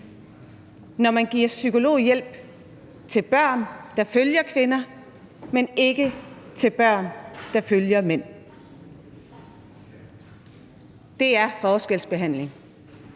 Når man giver psykologhjælp til børn, der følger kvinder, men ikke til børn, der følger mænd, er det forskelsbehandling.